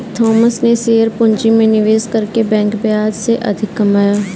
Thomas ने share पूंजी में निवेश करके बैंक ब्याज से अधिक कमाया